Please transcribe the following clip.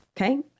Okay